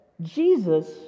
Jesus